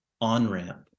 on-ramp